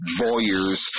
voyeurs